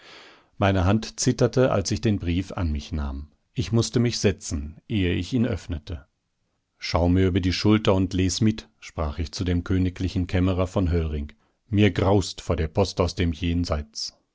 meine hand zitterte als ich den brief an mich nahm ich mußte mich setzen ehe ich ihn öffnete schau mir über die schulter und les mit sprach ich zu dem königlichen kämmerer von höllring mir graust vor der post aus dem jenseits